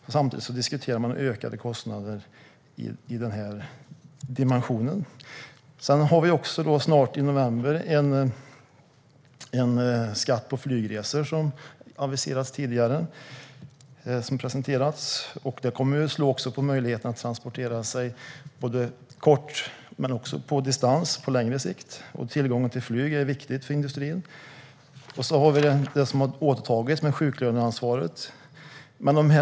Men samtidigt diskuterar man ökade kostnader i den här dimensionen. I november kommer också en skatt på flygresor som aviserats tidigare. Det kommer att slå mot möjligheten att transportera sig både korta och långa distanser. Tillgång till flyg är viktigt för industrin. Sedan har vi detta med sjuklöneansvaret, som återtagits.